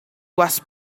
was